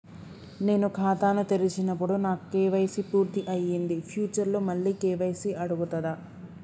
నేను ఖాతాను తెరిచినప్పుడు నా కే.వై.సీ పూర్తి అయ్యింది ఫ్యూచర్ లో మళ్ళీ కే.వై.సీ అడుగుతదా?